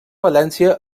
valència